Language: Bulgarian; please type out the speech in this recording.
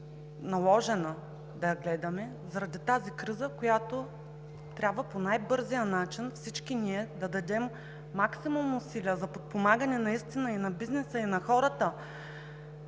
наложена да я гледаме заради тази криза, в която трябва по най-бързия начин всички ние да дадем максимум усилия за подпомагане наистина и на бизнеса, и на хората,